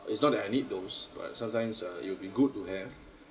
it's not that I need those but sometimes uh it will be good to have